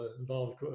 involved